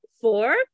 four